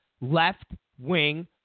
left-wing